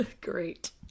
Great